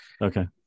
okay